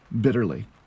bitterly